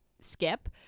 skip